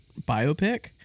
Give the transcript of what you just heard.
biopic